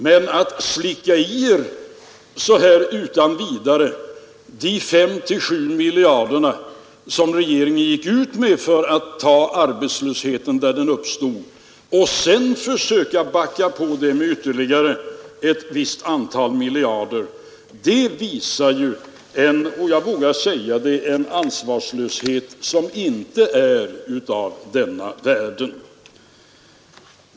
Men att så här utan vidare slicka i er de 5—7 miljarder kronor som regeringen gick ut med för att motarbeta arbetslösheten där den uppstod och sedan försöka backa på det med ytterligare ett visst antal miljarder kronor visar, det vågar jag säga, en ansvarslöshet som inte är av denna världen.